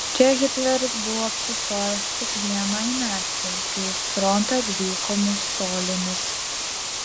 čia hitleris buvo apsistojęs tik vienai nakčiai kai į frontą atvyko musolinis